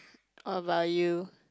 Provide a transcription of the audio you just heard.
what about you